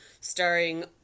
starring